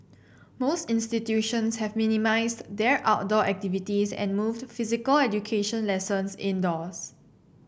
most institutions have minimised their outdoor activities and moved physical education lessons indoors